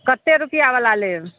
कतेक रुपैआवला लेब